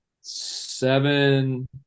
seven